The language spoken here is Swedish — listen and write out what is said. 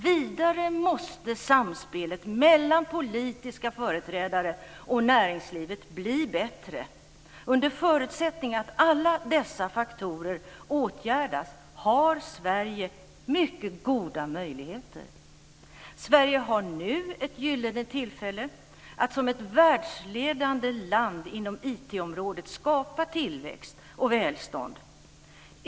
Vidare måste samspelet mellan politiska företrädare och näringslivet bli bättre. Under förutsättning att alla dessa faktorer åtgärdas har Sverige mycket goda möjligheter. Sverige har nu ett gyllene tillfälle att som ett världsledande land inom IT-området skapa tillväxt och välstånd.